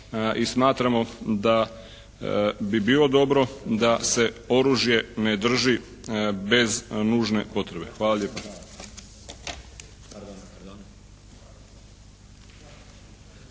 smatramo da bi bilo dobro da se oružje ne drži bez nužne potrebe. Hvala lijepa.